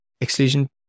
exclusion